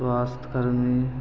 स्वास्थ्यकर्मी